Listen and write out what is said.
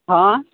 हँ